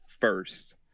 first